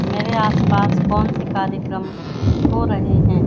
मेरे आस पास कौनसे कार्यक्रम हो रहे हैं